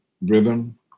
rhythm